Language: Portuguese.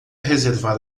reservar